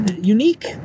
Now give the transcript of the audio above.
unique